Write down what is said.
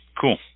cool